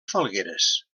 falgueres